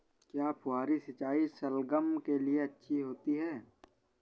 क्या फुहारी सिंचाई शलगम के लिए अच्छी होती है?